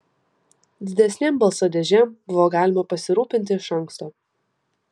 didesnėm balsadėžėm buvo galima pasirūpinti iš anksto